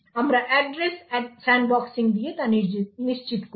আমরা address sandboxing দিয়ে তা নিশ্চিত করি